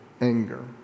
anger